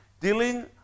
Dealing